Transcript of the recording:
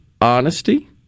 honesty